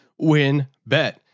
WinBet